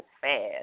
fast